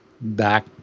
back